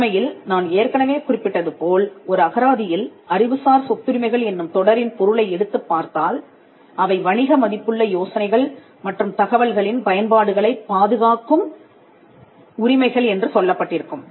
உண்மையில் நான் ஏற்கனவே குறிப்பிட்டது போல் ஒரு அகராதியில் அறிவுசார் சொத்துரிமைகள் என்னும் தொடரின் பொருளை எடுத்துப் பார்த்தால் அவை வணிக மதிப்புள்ள யோசனைகள் மற்றும் தகவல்களின் பயன்பாடுகளைப் பாதுகாக்கும் உரிமைகள் என்று சொல்லப்பட்டிருக்கும்